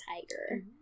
tiger